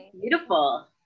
beautiful